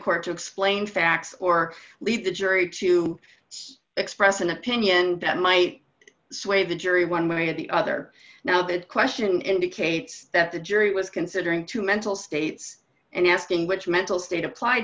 court to explain facts or lead the jury to express an opinion that might sway the jury one way or the other now that question indicates that the jury was considering two mental states and asking which mental state applied